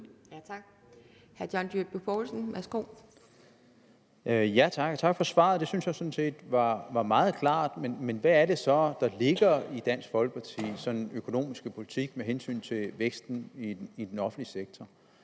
Kl. 11:10 John Dyrby Paulsen (S): Tak for svaret. Det synes jeg sådan set var meget klart. Men hvad er det så, der ligger i Dansk Folkepartis økonomiske politik med hensyn til væksten i den offentlige sektor?